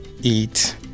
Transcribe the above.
eat